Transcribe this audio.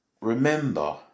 remember